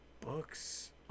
books